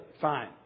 Fine